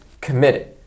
committed